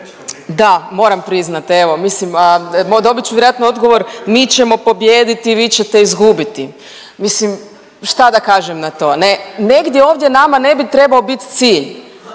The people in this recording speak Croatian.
Da, moram priznat evo mislim dobit ću vjerojatno odgovor mi ćemo pobijediti, vi ćete izgubiti. Mislim šta da kažem na to ne? Negdje ovdje nama ne bi trebao bit cilj